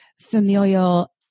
familial